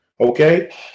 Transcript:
Okay